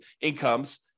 incomes